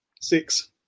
six